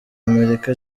amerika